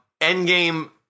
Endgame